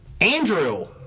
Andrew